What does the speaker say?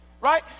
right